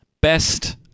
Best